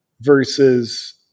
versus